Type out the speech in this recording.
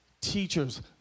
teachers